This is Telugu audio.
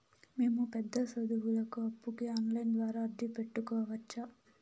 మేము పెద్ద సదువులకు అప్పుకి ఆన్లైన్ ద్వారా అర్జీ పెట్టుకోవచ్చా?